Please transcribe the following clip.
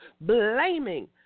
blaming